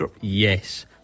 Yes